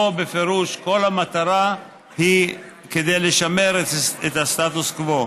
פה בפירוש כל המטרה היא לשמר את הסטטוס קוו.